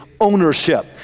ownership